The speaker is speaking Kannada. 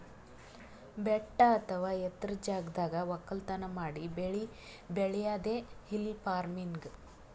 ಬೆಟ್ಟ ಅಥವಾ ಎತ್ತರದ್ ಜಾಗದಾಗ್ ವಕ್ಕಲತನ್ ಮಾಡಿ ಬೆಳಿ ಬೆಳ್ಯಾದೆ ಹಿಲ್ ಫಾರ್ಮಿನ್ಗ್